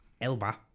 elba